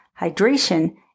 hydration